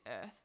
earth